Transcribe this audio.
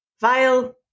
vile